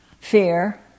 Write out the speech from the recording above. fear